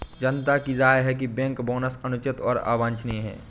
जनता की राय है कि बैंक बोनस अनुचित और अवांछनीय है